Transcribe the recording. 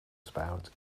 spout